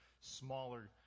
smaller